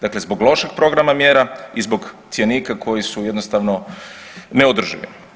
Dakle, zbog lošeg programa mjere i zbog cjenika koji su jednostavno neodrživi.